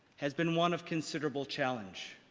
has been one of considerable challenge.